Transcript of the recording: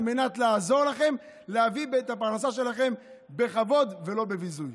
על מנת לעזור לכם להביא את הפרנסה שלכם בכבוד ולא בביזוי.